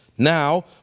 Now